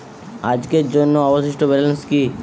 আজকের জন্য অবশিষ্ট ব্যালেন্স কি?